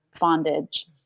bondage